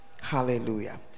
hallelujah